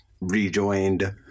rejoined